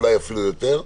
אולי אפילו יותר,